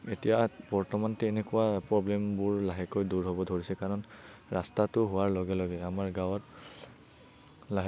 এতিয়া বৰ্তমান তেনেকুৱা প্ৰব্লেমবোৰ লাহেকৈ দূৰ হ'ব ধৰিছে কাৰণ ৰাস্তাটো হোৱাৰ লগে লগে আমাৰ গাঁৱত